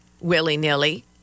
willy-nilly